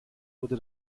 wurde